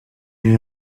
est